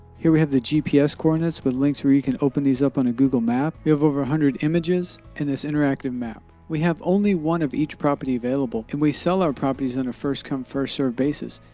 here, we have the gps coordinates with links where you can open these up on a google map. we have over a hundred images and this interactive map. we have only one of each property available and we sell our properties on a first come, first serve basis.